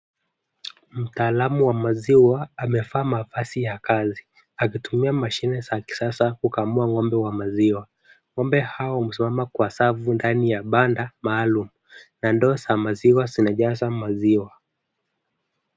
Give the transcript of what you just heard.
Mtaalamu wa maziwa amevaa mavazi ya kazi akitumia mashine za kisasa kukamua ng'ombe wa maziwa. Ng'ombe hao wamesimama kwa safu ndani ya banda maalum na ndoo za maziwa zinajazwa maziwa.